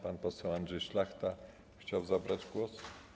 Pan poseł Andrzej Szlachta chciał zabrać głos.